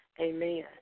Amen